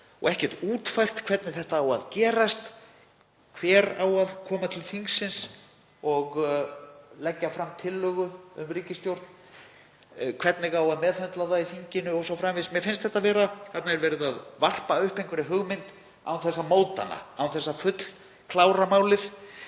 og ekkert útfært hvernig þetta á að gerast. Hver á að koma til þingsins og leggja fram tillögu um ríkisstjórn, hvernig á að meðhöndla það í þinginu o.s.frv.? Mér finnst eins og þarna sé verið að varpa upp hugmynd án þess að móta hana, án þess að fullklára málið